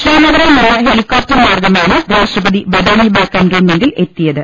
ശ്രീനഗറിൽ നിന്ന് helicopter മാർഗമാണ് രാഷ്ട്രപതി ബദാമിബാഗ് കന്റോൺമെന്റിൽ എത്തിയത്